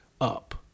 up